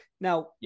Now